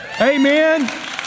Amen